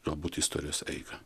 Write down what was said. galbūt istorijos eigą